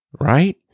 right